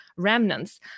remnants